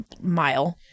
mile